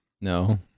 No